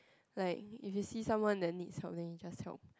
like if you see that someone that needs help then you just help